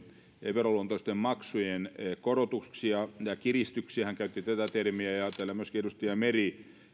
veroluontoisten maksujen korotuksia ja kiristyksiä hän käytti tätä termiä ja täällä myöskin edustaja meri